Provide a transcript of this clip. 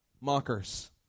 Mockers